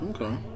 Okay